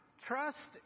Trust